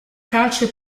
calcio